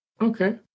Okay